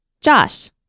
Josh